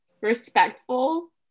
respectful